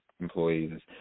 employees